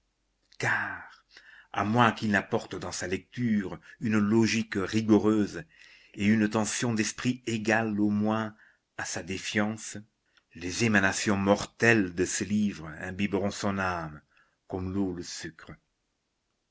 car à moins qu'il n'apporte dans sa lecture une logique rigoureuse et une tension d'esprit égale au moins à sa défiance les émanations mortelles de ce livre imbiberont son âme comme l'eau le sucre